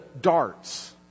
darts